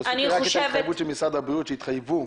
תוסיפי רק את ההתחייבות של משרד הבריאות שהתחייבו.